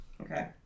Okay